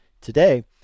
today